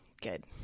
Good